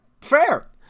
fair